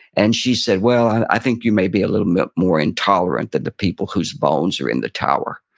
and she said, well, i think you may be a little bit more intolerant than the people whose bones are in the tower,